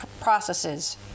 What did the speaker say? processes